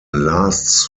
lasts